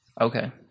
Okay